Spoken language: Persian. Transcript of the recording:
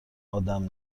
آدم